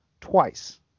twice